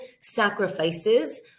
sacrifices